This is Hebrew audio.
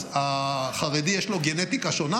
אז לחרדי יש גנטיקה שונה?